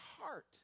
heart